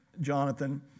Jonathan